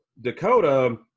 Dakota